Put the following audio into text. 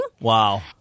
Wow